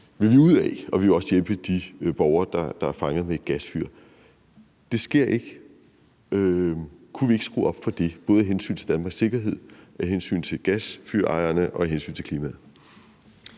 at vi også ville hjælpe de borgere, der er fanget med et gasfyr. Det sker ikke. Kunne vi ikke skrue op for det, både af hensyn til Danmarks sikkerhed, af hensyn til gasfyrejerne og af hensyn til klimaet?